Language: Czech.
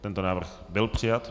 Tento návrh byl přijat.